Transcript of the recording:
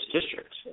district